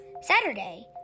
Saturday